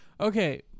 Okay